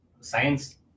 Science